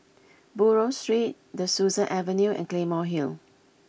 Buroh Street De Souza Avenue and Claymore Hill